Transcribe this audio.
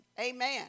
Amen